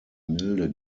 milde